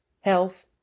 health